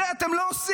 את זה אתם לא עושים.